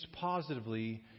positively